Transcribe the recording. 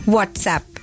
WhatsApp